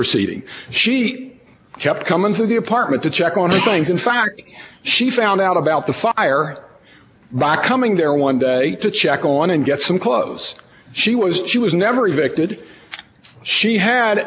proceedings she kept coming to the apartment to check on things in fact she found out about the fire rocking there one day to check on and get some clothes she was she was never a victim she had